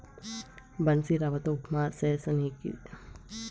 బన్సీరవ్వతో ఉప్మా నీకీ జన్మకి సేసేకి రాదు సిగ్గుండాల